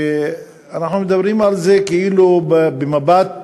אנחנו מדברים על זה כאילו במבט